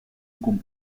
con